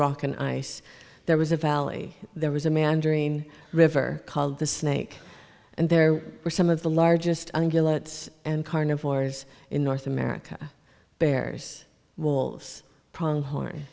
rock and ice there was a valley there was a man drene river called the snake and there were some of the largest angular and carnivores in north america bears wolves pronghorn